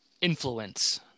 influence